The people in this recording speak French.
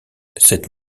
cette